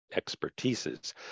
expertises